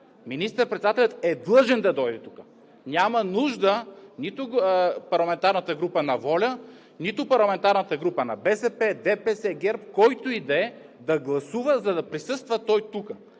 министър председателят е длъжен да дойде тук. Няма нужда нито парламентарната група на ВОЛЯ, нито парламентарната група на БСП, ДПС, ГЕРБ, който и да е, да гласува, за да присъства той тук.